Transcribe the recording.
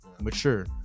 mature